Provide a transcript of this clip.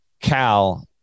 Cal